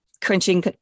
crunching